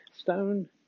stone